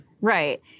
Right